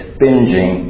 binging